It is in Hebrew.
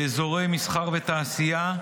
באזורי מסחר ותעשייה,